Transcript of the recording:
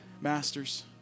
masters